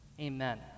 Amen